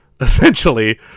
essentially